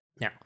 Now